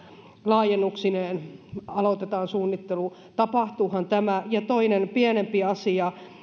laajennuksineen aloitetaan suunnittelu tapahtuuhan tämä ja toinen pienempi asia